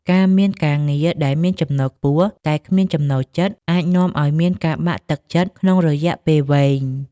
ការមានការងារដែលមានចំណូលខ្ពស់ តែគ្មានចំណូលចិត្ត អាចនាំឱ្យមានការបាក់ទឹកចិត្តក្នុងរយៈពេលវែង។